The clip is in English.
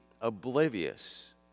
oblivious